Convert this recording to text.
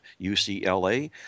UCLA